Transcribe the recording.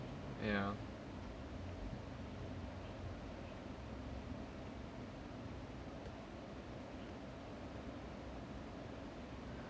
ya